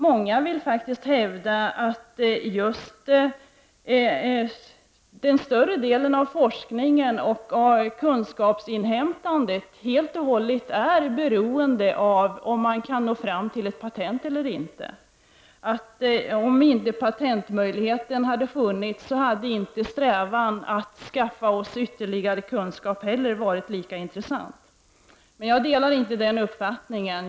Många hävdar att större delen av forskningen och kunskapsinhämtandet helt och hållet är beroende av om man kan nå fram till ett patent eller inte. Om inte patentmöjligheten funnits hade inte strävan att skaffa ytterligare kunskap varit lika intressant. Jag delar inte den uppfattningen.